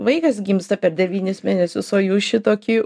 vaikas gimsta per devynis mėnesius o jūs šitokį